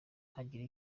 hagira